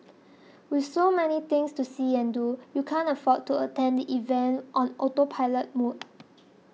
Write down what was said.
with so many things to see and do you can't afford to attend the event on autopilot mode